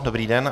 Dobrý den.